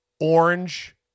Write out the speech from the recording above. orange